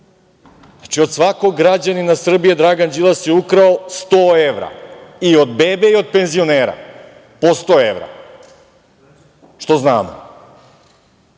od svakog građanina Srbije Dragan Đilas je ukrao 100 evra i od bebe i od penzionera po 100 evra, što znamo.